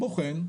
בוחן,